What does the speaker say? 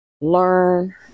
learn